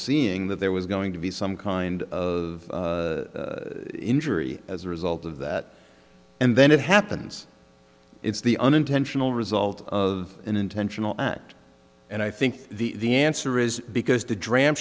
seeing that there was going to be some kind of injury as a result of that and then it happens it's the unintentional result of an intentional act and i think the answer is because the dram